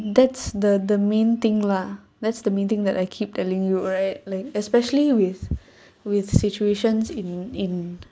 that's the the main thing lah that's the main thing that I keep telling you right like especially with with situations in in